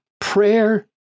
prayer